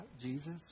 Jesus